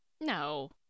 No